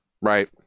Right